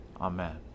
Amen